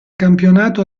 campionato